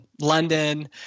London